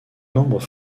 membres